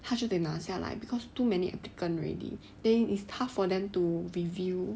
他就得拿下来 because too many applicant already then it's tough for them to review